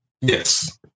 Yes